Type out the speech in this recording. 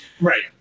Right